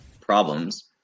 problems